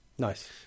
nice